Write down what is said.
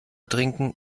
trinken